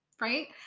right